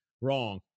wrong